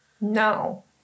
No